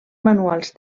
manuals